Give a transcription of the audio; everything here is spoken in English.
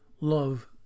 love